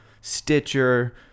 Stitcher